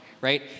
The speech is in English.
right